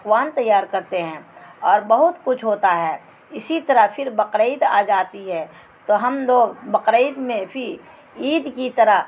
پکوان تیار کرتے ہیں اور بہت کچھ ہوتا ہے اسی طرح پھر بقرید آ جاتی ہے تو ہم لوگ بقرید میں بھی عید کی طرح